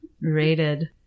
rated